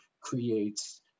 creates